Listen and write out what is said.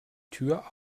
tür